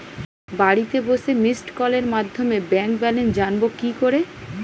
বাড়িতে বসে মিসড্ কলের মাধ্যমে ব্যাংক ব্যালেন্স জানবো কি করে?